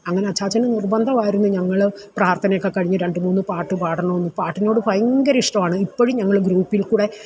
അങ്ങനെ അച്ചാച്ചന് നിർബന്ധമായിരുന്നു ഞങ്ങൾ പ്രാർത്ഥനയൊക്കെ കഴിഞ്ഞ് രണ്ട് മൂന്ന് പാട്ട് പാടണമെന്ന് പാട്ടിനോട് ഭയങ്കര ഇഷ്ടമാണ് ഇപ്പോഴും ഞങ്ങൾ ഗ്രൂപ്പിൽക്കൂടെ